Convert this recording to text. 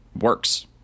works